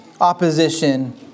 opposition